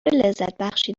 لذتبخشی